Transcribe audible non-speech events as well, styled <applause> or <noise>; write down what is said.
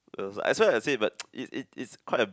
that's why I said but <noise> it it is quite a